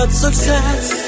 success